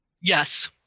Yes